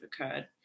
occurred